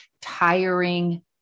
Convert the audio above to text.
tiring